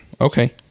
okay